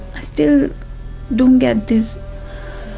i still don't get this